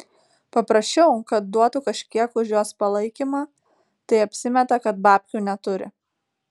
paprašiau kad duotų kažkiek už jos palaikymą tai apsimeta kad babkių neturi